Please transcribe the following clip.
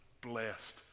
blessed